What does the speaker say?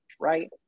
right